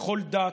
בכל דת,